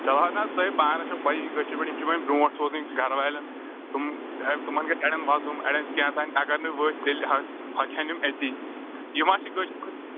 چَلو حظ نہ حظ تۄہہِ پانَس چھو پییی کٲشِر پٲٹھۍ یِم چھِ مےٚ برونٛٹھ سوزٕنۍ گَرٕوالٮ۪ن تِم تٕمَن گژھِ اَڑٮ۪ن وۄزُم اَڑٮ۪ن کیاتھانۍ اگر نہٕ ؤتھ تیٚلہِ حظ ہۄکھن یِم أتی یِم حظ چھِ کٲشِر پٲٹھۍ